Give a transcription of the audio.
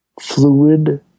fluid